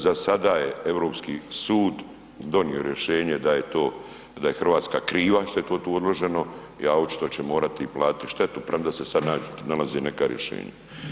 Za sada je Europski sud donio rješenje da je to, da je RH kriva što je to tu odloženo, a očito će morati i platiti štetu premda se sad nalaze neka rješenja.